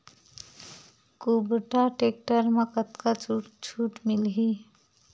कुबटा टेक्टर म कतका छूट मिलही?